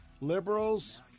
liberals